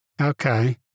Okay